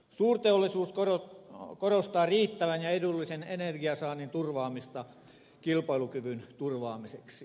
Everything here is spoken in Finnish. suurteollisuus korostaa riittävän ja edullisen energiasaannin turvaamista kilpailukyvyn turvaamiseksi